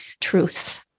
truths